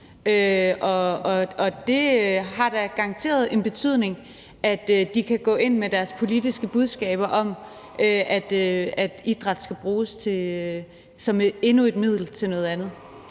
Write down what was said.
Og det har da garanteret en betydning, at de kan gå ind med deres politiske budskaber om, at idræt skal bruges til endnu et middel til noget andet.